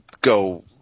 go